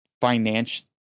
financial